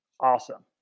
awesome